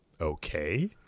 Okay